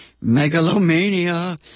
megalomania